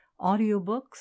audiobooks